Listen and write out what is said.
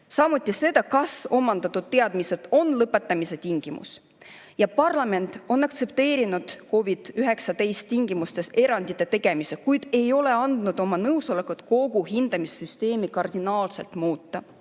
Samuti see, kas omandatud teadmised on lõpetamise tingimus. Parlament on aktsepteerinud COVID‑19 tingimustes erandite tegemise, kuid ei ole andnud oma nõusolekut kogu hindamissüsteemi kardinaalselt muuta.